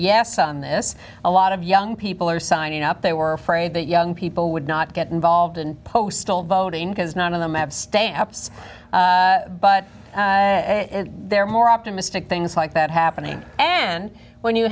yes on this a lot of young people are signing up they were afraid that young people would not get involved in postal voting because none of them abstain but they're more optimistic things like that happening and when you